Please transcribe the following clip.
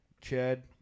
Chad